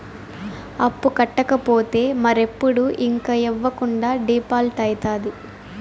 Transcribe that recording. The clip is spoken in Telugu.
అప్పు కట్టకపోతే మరెప్పుడు ఇంక ఇవ్వకుండా డీపాల్ట్అయితాది